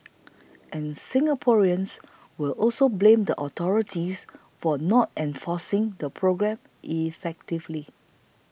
and Singaporeans will also blame the authorities for not enforcing the programme effectively